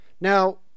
Now